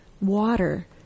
water